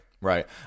right